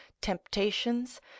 temptations